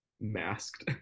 masked